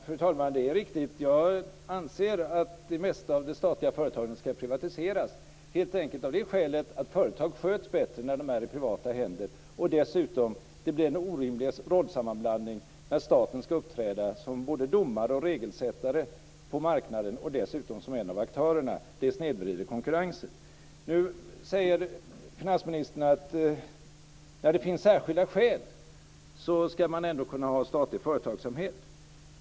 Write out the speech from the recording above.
Fru talman! Det är riktigt att jag anser att merparten av de statliga företagen ska privatiseras, helt enkelt av det skälet att företag sköts bättre när de är i privata händer. Vidare blir det en orimlig rollsammanblandning när staten ska uppträda som både domare och regelsättare på marknaden och dessutom som en av aktörerna. Detta snedvrider konkurrensen. Nu säger finansministern att när det finns särskilda skäl ska man ändå kunna ha statlig företagsamhet.